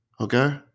okay